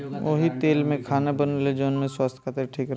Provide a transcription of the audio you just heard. ओही तेल में खाना बनेला जवन की स्वास्थ खातिर ठीक रहेला